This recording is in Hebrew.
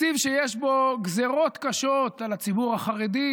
תקציב שיש בו גזרות קשות על הציבור החרדי,